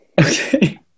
Okay